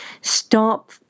stop